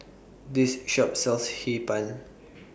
This Shop sells Hee Pan